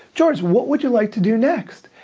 george, what would you like to do next?